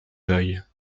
veuille